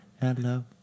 hello